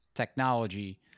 technology